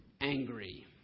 angry